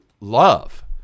love